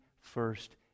first